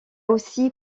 aussi